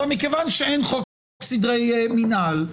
מכיוון שאין חוק סדרי מינהל,